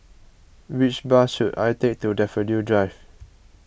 which bus should I take to Daffodil Drive